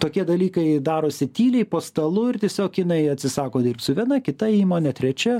tokie dalykai darosi tyliai po stalu ir tiesiog kinai atsisako dirbt su viena kita įmone trečia